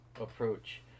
approach